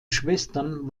schwestern